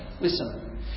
Listen